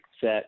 set